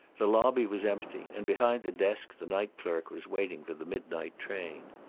the lobby was empty, and behind the desk the night clerk was waiting for the midnight train.